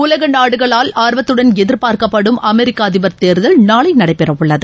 உலக நாடுகளால் ஆர்வத்துடன் எதிர்பார்க்கப்படும் அமெரிக்க அதிபர் தேர்தல் நாளை நடைபெற உள்ளது